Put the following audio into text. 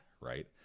Right